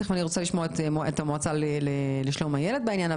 אני רוצה לשמוע את המועצה לשלום הילד בעניין.